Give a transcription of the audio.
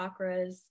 chakras